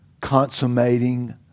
consummating